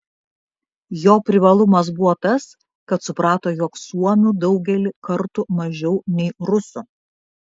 jo privalumas buvo tas kad suprato jog suomių daugelį kartų mažiau nei rusų